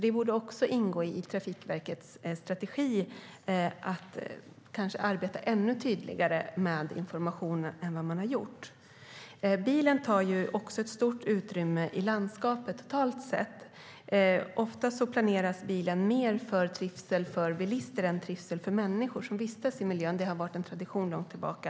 Det borde ingå i Trafikverkets strategi att arbeta ännu tydligare med information än vad man har gjort. Bilen tar också stort utrymme i landskapet, totalt sett. Ofta planeras det mer för trivsel för bilister än för människor som vistas i miljön. Det har varit en tradition långt tillbaka.